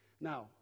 Now